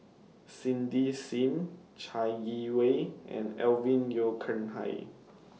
Cindy SIM Chai Yee Wei and Alvin Yeo Khirn Hai